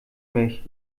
mich